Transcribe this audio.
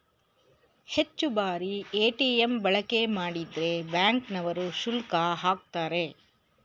ಹೆಚ್ಚು ಬಾರಿ ಎ.ಟಿ.ಎಂ ಬಳಕೆ ಮಾಡಿದ್ರೆ ಬ್ಯಾಂಕ್ ನವರು ಶುಲ್ಕ ಆಕ್ತರೆ